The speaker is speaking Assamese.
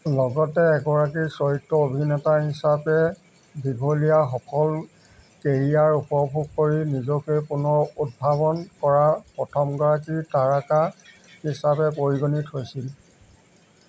লগতে এগৰাকী চৰিত্ৰ অভিনেতা হিচাপে দীঘলীয়া সফল কেৰিয়াৰ উপভোগ কৰি নিজকে পুনৰ উদ্ভাৱন কৰা প্ৰথমগৰাকী তাৰকা হিচাপে পৰিগণিত হৈছিল